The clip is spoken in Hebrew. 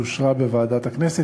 היא אושרה בוועדת הכנסת,